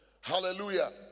Hallelujah